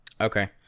Okay